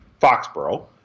Foxborough